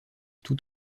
tout